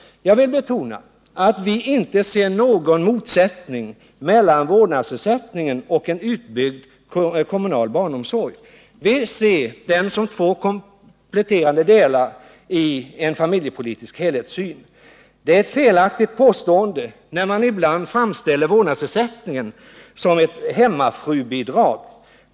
Jag vill betona att vi inte ser någon motsättning mellan vårdnadsersättningen och en utbyggd kommunal barnomsorg. Vi ser detta som två kompletterande delar genom familjepolitisk helhetssyn. Det är ett felaktigt påstående när man ibland framställer vårdnadsersättningen som ett hemmafrubidrag.